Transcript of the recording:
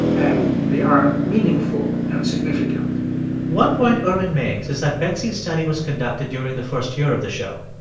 and they are meaningful and significant one point ervin makes is that betsy's study was conducted during the first year of the show.